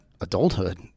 adulthood